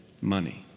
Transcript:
money